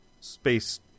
space